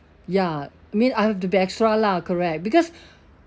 ya I mean I have to be extra lah correct because